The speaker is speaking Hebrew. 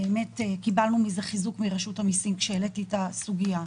באמת קיבלנו מזה חיזוק מרשות המיסים כשהעליתי את הסוגיה,